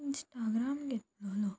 Instagram घेतलेलो